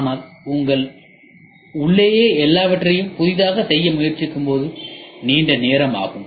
ஆனால் நாங்கள் உள்ளேயே எல்லாவற்றையும் புதிதாகச் செய்ய முயற்சிக்கும்போது அதற்கு நீண்ட நேரம் ஆகும்